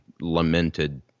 lamented